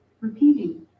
Repeating